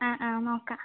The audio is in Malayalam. ആ ആ നോക്കാം